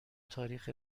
تاریخ